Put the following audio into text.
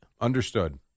Understood